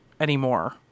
anymore